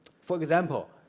for example